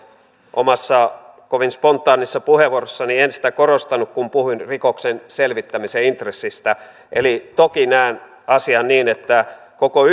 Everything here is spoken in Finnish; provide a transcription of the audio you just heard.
omassa kovin spontaanissa puheenvuorossani en sitä korostanut kun puhuin rikoksen selvittämisen intressistä eli toki näen asian niin että koko